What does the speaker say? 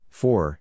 four